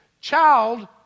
child